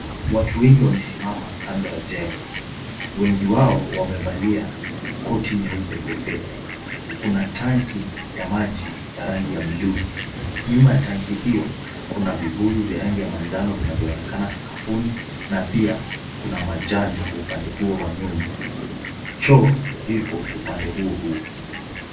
Watu wengi wamesimama kando ya jengo. Wengi wao wamevalia koti nyeupe pepepe. Kuna tanki ya maji ya rangi ya (cs) blue (cs). Nyuma ya tanki hiyo, kuna vibuyu vya rangi ya manjano vinavyoonekana sakafuni na pia kuna majani kwa upande huo wa nyuma. Choo iko upande huo huo.